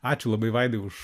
ačiū labai vaidai už